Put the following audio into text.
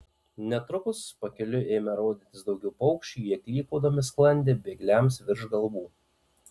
netrukus pakeliui ėmė rodytis daugiau paukščių jie klykaudami sklandė bėgliams virš galvų